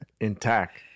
Intact